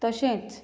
तशेंच